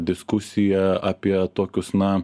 diskusija apie tokius na